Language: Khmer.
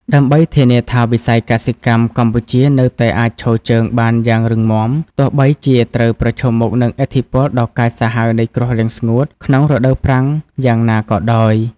ដើម្បីធានាថាវិស័យកសិកម្មកម្ពុជានៅតែអាចឈរជើងបានយ៉ាងរឹងមាំ ទោះបីជាត្រូវប្រឈមមុខនឹងឥទ្ធិពលដ៏កាចសាហាវនៃគ្រោះរាំងស្ងួតក្នុងរដូវប្រាំងយ៉ាងណាក៏ដោយ។